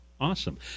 Awesome